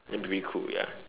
that may be cool ya